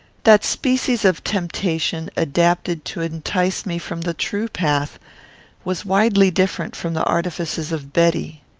that species of temptation adapted to entice me from the true path was widely different from the artifices of betty.